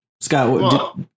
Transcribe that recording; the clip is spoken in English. Scott